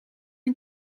een